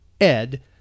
Ed